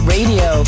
Radio